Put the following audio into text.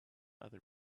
other